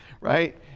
right